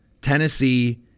Tennessee